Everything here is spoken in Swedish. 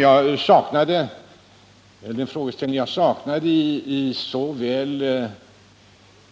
Jag saknade en problemställning såväl i